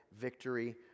victory